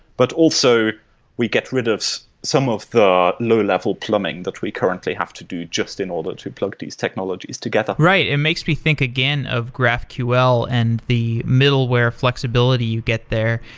but also we get rid of some of the low-level plumbing that we currently have to do just in order to plug these these technologies together. right. it makes me think again of graphql and the middleware flexibility you get there.